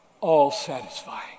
all-satisfying